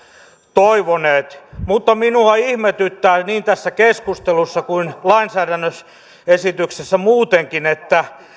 toivoneet mutta minua ihmetyttää niin tässä keskustelussa kuin lainsäädäntöesityksessä muutenkin että